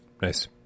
nice